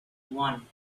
one